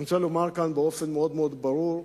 אני רוצה לומר כאן באופן מאוד מאוד ברור,